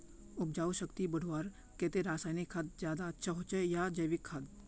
उपजाऊ शक्ति बढ़वार केते रासायनिक खाद ज्यादा अच्छा होचे या जैविक खाद?